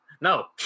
No